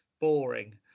boring